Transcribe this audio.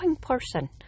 person